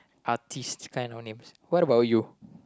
artiste kind of names what about you